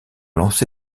lancé